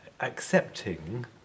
accepting